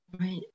right